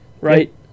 right